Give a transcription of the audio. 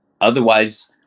Otherwise